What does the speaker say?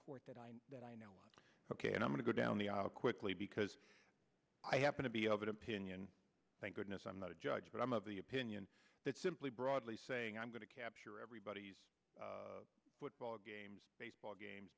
court that i know that i know ok i'm going to go down the aisle quickly because i happen to be of an opinion thank goodness i'm not a judge but i'm of the opinion that simply broadly saying i'm going to capture everybody's football games baseball games